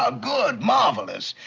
ah good! marvelous!